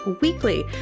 weekly